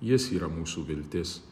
jis yra mūsų viltis